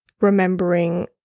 Remembering